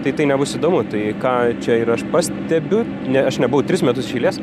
tai tai nebus įdomu tai ką čia ir aš pastebiu ne aš nebuvau tris metus iš eilės